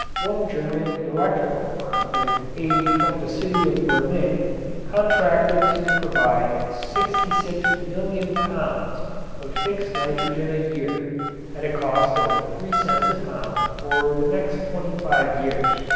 one german electrical firm with aid from the city of berlin contracted to provide sixty six million pounds of fixed nitrogen a year at a cost of three cents a pound for the next twenty-five years.